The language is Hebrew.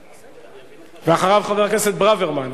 ואחריו, חבר הכנסת ברוורמן.